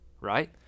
right